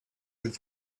was